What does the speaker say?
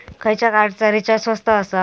खयच्या कार्डचा रिचार्ज स्वस्त आसा?